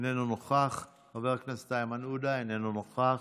איננו נוכח, חבר הכנסת איימן עודה, איננו נוכח,